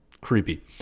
creepy